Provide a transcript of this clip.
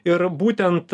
ir būtent